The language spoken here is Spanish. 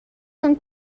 son